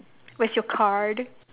where's your card